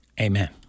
Amen